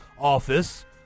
office